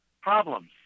problems